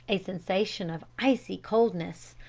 a sensation of icy coldness,